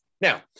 Now